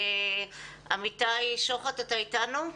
אמיתי שוחט, אתה איתנו?